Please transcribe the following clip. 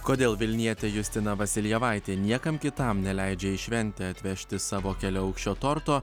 kodėl vilnietė justina vasiljevaitė niekam kitam neleidžia į šventę atvežti savo keliaaukščio torto